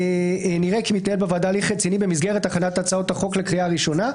נראה כי מתנהל בוועדה הליך רציני במסגרת הכנת הצעות החוק לקריאה ראשונה,